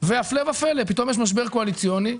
והפלא ופלא, פתאום יש משבר קואליציוני,